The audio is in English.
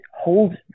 hold